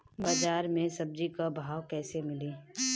बाजार मे सब्जी क भाव कैसे मिली?